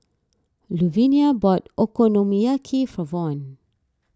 Luvinia bought Okonomiyaki for Von